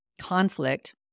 conflict